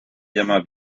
llaman